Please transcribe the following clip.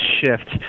shift